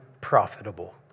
profitable